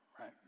right